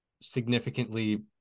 significantly